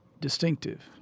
distinctive